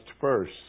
first